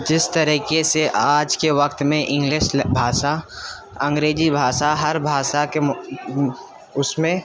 جس طریقے سے آج کے وقت میں انگلش بھاشا انگریزی بھاشا ہر بھاشا کے اس میں